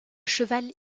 cheval